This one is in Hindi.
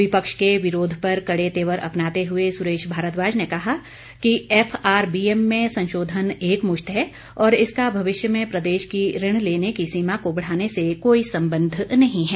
विपक्ष के विरोध पर कड़े तेवर अपनाते हुए सुरेश भारद्वाज ने कहा कि एफआरबीएम में संशोधन एकमुश्त है और इसका भविष्य में प्रदेश की ऋण लेने की सीमा को बढ़ाने से कोई संबंध नहीं है